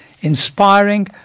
inspiring